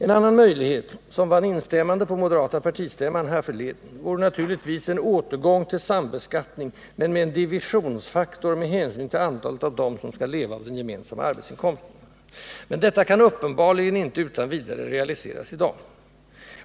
En annan möjlighet, som vann instämmande vid moderata samlingspartiets partistämma härförleden, vore naturligtvis en återgång till sambeskattning, med en divisionsfaktor med hänsyn till antalet av dem som skall leva på den gemensamma arbetsinkomsten. Men detta kan uppenbarligen inte utan vidare realiseras i dag.